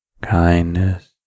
kindness